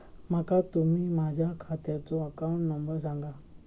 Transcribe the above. माका तुम्ही माझ्या खात्याचो अकाउंट नंबर सांगा?